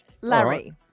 Larry